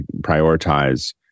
prioritize